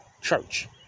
church